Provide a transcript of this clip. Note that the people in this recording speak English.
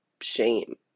shame